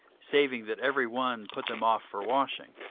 saving that every one put them off for washing.